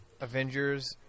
Avengers